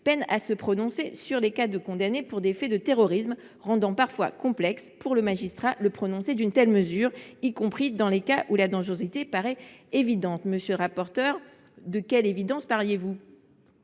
peinent à se prononcer sur les cas de condamnés pour des faits de terrorisme, rendant parfois complexe, pour le magistrat, le prononcé d’une telle mesure, y compris dans les cas où la dangerosité apparaît évidente. » De quelle « évidence » parliez vous